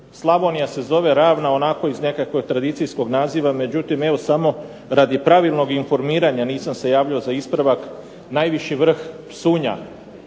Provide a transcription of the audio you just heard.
Slavonija se zove ravna onako iz nekakvog tradicijskog nazivam. Međutim, samo radi pravilnog informiranja nisam se javio za ispravak. Najviši vrh Psunja